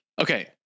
Okay